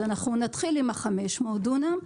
אנחנו נתחיל עם ה-500 הדונם,